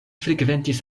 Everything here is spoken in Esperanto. frekventis